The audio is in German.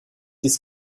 dies